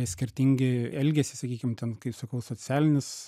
skirtingi elgiasi sakykim ten kaip sakau socialinis